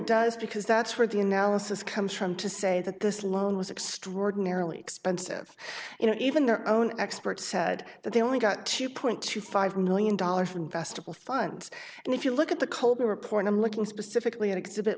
does because that's where the analysis comes from to say that this loan was extraordinarily expensive you know even their own experts said that they only got two point two five million dollars from festival funds and if you look at the colbert report i'm looking specifically at exhibit